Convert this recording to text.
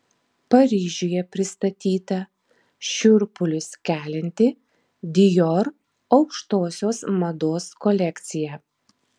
paryžiuje pristatyta šiurpulius kelianti dior aukštosios mados kolekcija